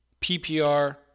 PPR